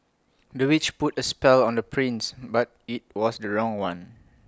the witch put A spell on the prince but IT was the wrong one